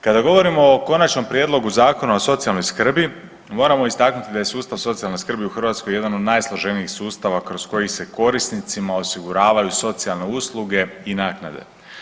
Kada govorimo o Konačnom prijedlogu Zakona o socijalnoj skrbi moramo istaknuti da je sustav socijalne skrbi u Hrvatskoj jedan od najsloženijih sustava kroz koji se korisnicima osiguravaju socijalne usluge i naknade.